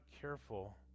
careful